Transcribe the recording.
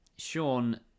Sean